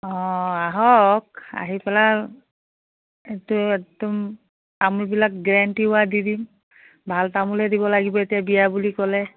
অঁ আহক আহি পেলাই এইটো একদম তামোলবিলাক গেৰাণ্টি দি দিম ভাল তামোলে দিব লাগিব এতিয়া বিয়া বুলি ক'লে